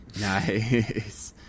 Nice